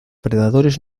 predadores